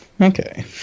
Okay